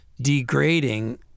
degrading